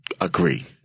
agree